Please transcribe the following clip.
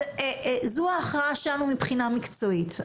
אז זו ההכרעה שלנו מבחינה מקצועית.